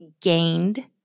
gained